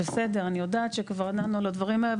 בסדר, אני יודעת שכבר דנו על הדברים האלה.